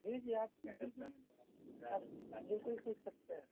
جی جی آپ بالکل سیکھ سکتے ہیں